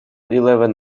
eleven